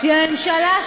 נכון, אני מסכים אתך.